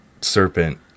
Serpent